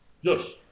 Yes